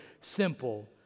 simple